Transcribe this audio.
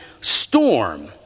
storm